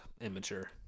immature